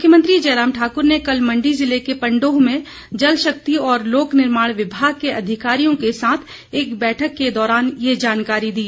मुख्यमंत्री जयराम ठाक्र ने कल मण्डी जिले के पंडोह में जलशक्ति और लोग निर्माण विभाग के अधिकारियों के साथ एक बैठक के दौरान ये जानकारी दी